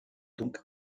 donc